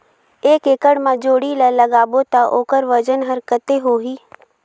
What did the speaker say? एक एकड़ मा जोणी ला लगाबो ता ओकर वजन हर कते होही?